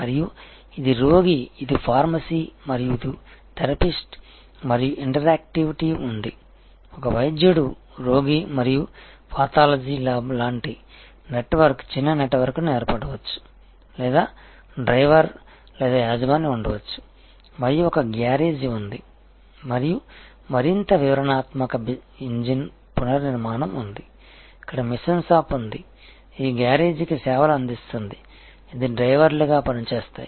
మరియు ఇది రోగి ఇది ఫార్మసీ మరియు ఇది థెరపిస్ట్ మరియు ఇంటరాక్టివిటీ ఉంది ఒక వైద్యుడు రోగి మరియు పాథాలజీ లాబ్ లాంటి నెట్వర్క్ చిన్న నెట్వర్క్ ఏర్పడవచ్చు లేదా డ్రైవర్ లేదా యజమాని ఉండవచ్చు మరియు ఒక గ్యారేజ్ ఉంది మరియు మరింత వివరణాత్మక ఇంజిన్ పునర్నిర్మాణం ఉంది ఇక్కడ మెషిన్ షాప్ ఉంది ఈ గ్యారేజీకి సేవలు అందిస్తుంది ఇది డ్రైవర్లుగా పనిచేస్తాయి